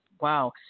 Wow